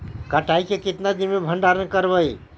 कटाई के कितना दिन मे भंडारन करबय?